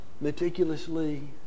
meticulously